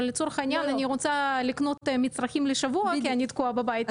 אבל לצורך העניין אני רוצה לקנות מצרכים לשבועות כי אני תקועה בבית,